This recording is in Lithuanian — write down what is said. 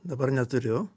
dabar neturiu